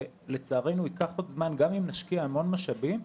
שלצערנו גם אם נשקיע המון משאבים,